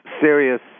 serious